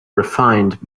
refined